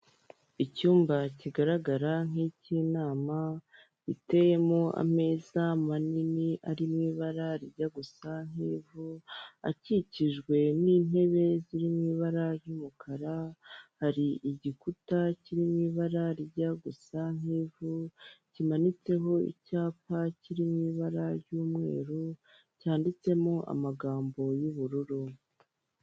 Icyumba kigaragara nk'icy'inama, giteyemo ameza manini ari mu ibara rijya gusa nk'ivu, akikijwe n'intebe ziri mu'i ibara ry'umukara, hari igikuta kiririmo ibara rijya gusa nk'ivu, kimanitseho icyapa kiri mu ibara ry'umweru, cyanditsemo amagambo y'ubururu.